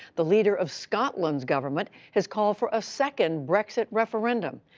the leader of scotland's government has called for a second brexit referendum.